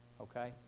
Okay